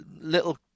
little